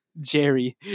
jerry